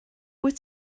wyt